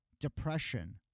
depression